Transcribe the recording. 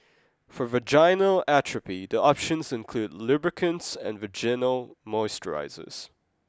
for vaginal atrophy the options include lubricants and vaginal moisturisers